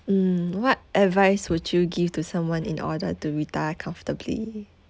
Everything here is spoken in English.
mm what advice would you give to someone in order to retire comfortably